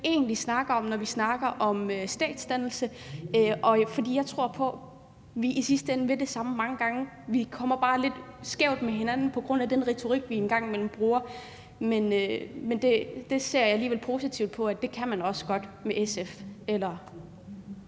egentlig snakker om, når vi snakker om statsdannelse. For jeg tror på, at vi mange gange og i sidste ende vil det samme. Vi kommer bare lidt skævt ind på hinanden på grund af den retorik, vi en gang imellem bruger. Men det ser jeg alligevel positivt på, i forhold til at man også godt kan det